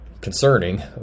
concerning